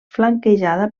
flanquejada